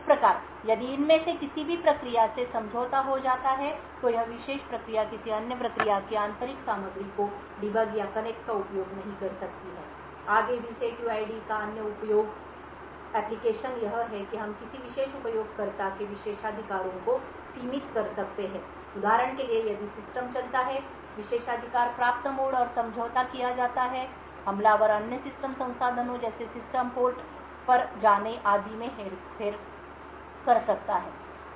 इस प्रकार यदि इनमें से किसी भी प्रक्रिया से समझौता हो जाता है तो यह विशेष प्रक्रिया किसी अन्य प्रक्रिया की आंतरिक सामग्री को डिबग या कनेक्ट या उपयोग नहीं कर सकती है आगे भी set uid का एक अन्य उपयोगी अनुप्रयोग यह है कि हम किसी विशेष उपयोगकर्ता के विशेषाधिकारों को सीमित कर सकते हैं उदाहरण के लिए यदि सिस्टम चलता है विशेषाधिकार प्राप्त मोड और समझौता किया जाता है हमलावर अन्य सिस्टम संसाधनों जैसे सिस्टम पोर्ट पर जाने आदि में हेरफेर कर सकता है